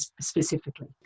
specifically